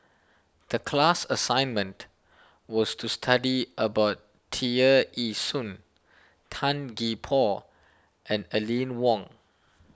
the class assignment was to study about Tear Ee Soon Tan Gee Paw and Aline Wong